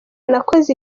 nakoze